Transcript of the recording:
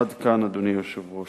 עד כאן, אדוני היושב-ראש.